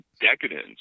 decadence